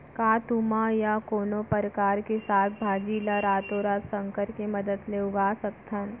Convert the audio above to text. का तुमा या कोनो परकार के साग भाजी ला रातोरात संकर के मदद ले उगा सकथन?